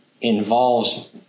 involves